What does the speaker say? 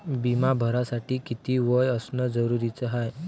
बिमा भरासाठी किती वय असनं जरुरीच हाय?